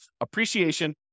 appreciation